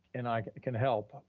and i can help,